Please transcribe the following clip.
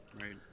right